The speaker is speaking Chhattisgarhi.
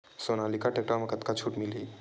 सोनालिका टेक्टर म कतका छूट मिलही?